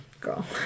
Girl